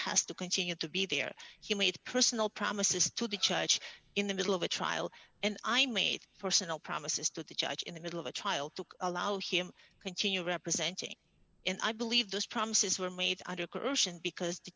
has to continue to be there he made personal promises to the church in the middle of a trial and i made personal promises to the judge in the middle of a trial took allow him continue representing and i believe those promises were made